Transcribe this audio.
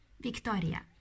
Victoria